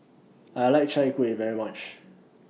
I like Chai Kueh very much